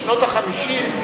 בשנות ה-50,